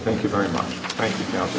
thank you very much right now